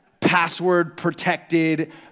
password-protected